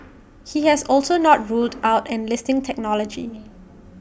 he has also not ruled out enlisting technology